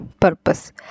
purpose